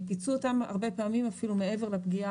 פיצו אותם הרבה פעמים אפילו מעבר לפגיעה